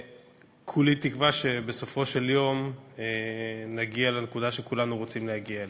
וכולי תקווה שבסופו של יום נגיע לנקודה שכולנו רוצים להגיע אליה.